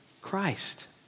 Christ